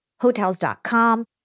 Hotels.com